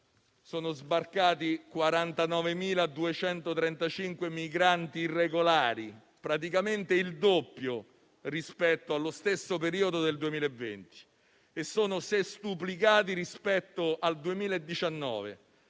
sono sbarcati 49.235 migranti irregolari, praticamente il doppio rispetto allo stesso periodo del 2020 e sono sestuplicati rispetto al 2019,